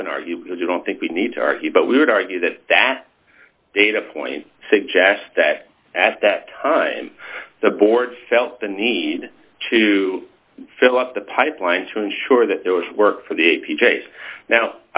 haven't argued that you don't think we need to argue but we would argue that that data point suggests that at that time the board felt the need to fill up the pipeline to ensure that there was work for the a p chase now